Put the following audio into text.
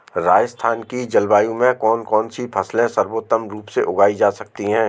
राजस्थान की जलवायु में कौन कौनसी फसलें सर्वोत्तम रूप से उगाई जा सकती हैं?